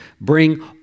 bring